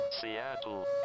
Seattle